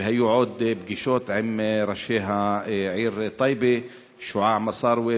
והיו עוד פגישות עם ראש העיר טייבה שועאע מסארווה